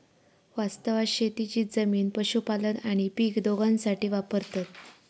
वास्तवात शेतीची जमीन पशुपालन आणि पीक दोघांसाठी वापरतत